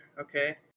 okay